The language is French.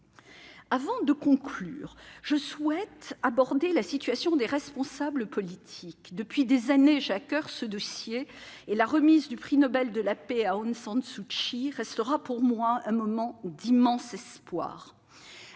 Avant de conclure, je souhaite aborder la situation des responsables politiques. Depuis des années, j'ai ce dossier à coeur et la remise du prix Nobel de la paix à Aung San Suu Kyi restera pour moi un moment d'immense espoir.